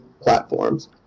platforms